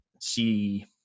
see